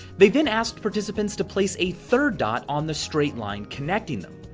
they've then asked participants to place a third dot on the straight line connecting them.